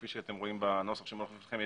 כפי שאתם רואים בנוסח שמונח בפניכם,